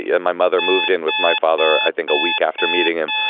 yeah and my mother moved in with my father, i think, a week after meeting him.